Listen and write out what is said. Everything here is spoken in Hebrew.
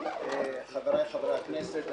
חבריי חברי הכנסת.